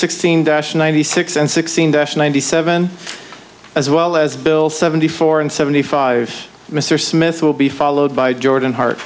sixteen dash ninety six and sixteen dash ninety seven as well as bill seventy four and seventy five mr smith will be followed by jordan hart